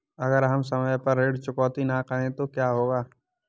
अगर हम समय पर ऋण चुकौती न करें तो क्या होगा?